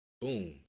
boom